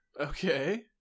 Okay